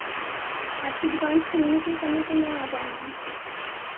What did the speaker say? आपकी दुकान खुलने के समय पे मैं आ जाऊँगी